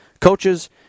coaches